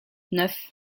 neuf